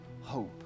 hope